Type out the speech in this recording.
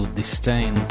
disdain